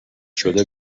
شده